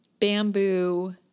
bamboo